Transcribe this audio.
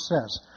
says